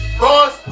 boss